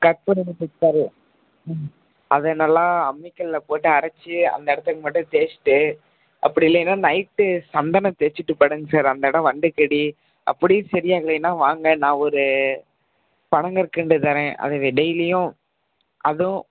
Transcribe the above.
கற்பூரவல்லித் தலைய ம் அத நல்லா அம்மிக்கல்லுலப் போட்டு அரைச்சு அந்த இடத்துக்கு மட்டும் தேய்ச்சுட்டு அப்படி இல்லைன்னா நைட்டு சந்தனம் தேய்ச்சுட்டு படுங்கள் சார் அந்த இடம் வண்டுக்கடி அப்படியும் சரியாகலைன்னா வாங்க நான் ஒரு பனங்கற்கண்டு தர்றேன் அதை டெய்லியும் அதுவும்